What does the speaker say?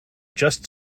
just